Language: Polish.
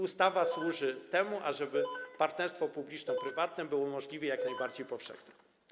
Ustawa służy temu, ażeby partnerstwo publiczno-prywatne było możliwie jak najbardziej powszechne.